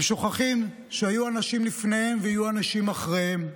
והם שוכחים שהיו אנשים לפניהם ושיהיו אנשים אחריהם.